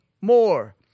more